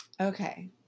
okay